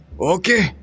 Okay